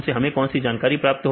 हमें कौन सी जानकारी प्राप्त होगी